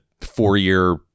four-year